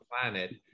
planet